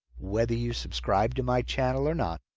whether you subscribe to my channel or not.